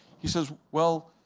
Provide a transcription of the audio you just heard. he says, well,